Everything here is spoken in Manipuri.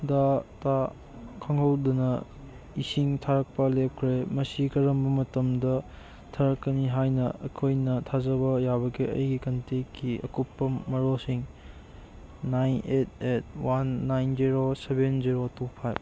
ꯗ ꯈꯪꯍꯧꯗꯅ ꯏꯁꯤꯡ ꯊꯥꯔꯛꯄ ꯂꯦꯞꯈ꯭ꯔꯦ ꯃꯁꯤ ꯀꯔꯝꯕ ꯃꯇꯝꯗ ꯊꯥꯔꯛꯀꯅꯤ ꯍꯥꯏꯅ ꯑꯩꯈꯣꯏꯅ ꯊꯥꯖꯕ ꯌꯥꯕꯒꯦ ꯑꯩꯒꯤ ꯀꯟꯇꯦꯛꯀꯤ ꯑꯀꯨꯞꯄ ꯃꯔꯣꯜꯁꯤꯡ nine eight eight one nine zero seven zero two five